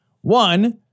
One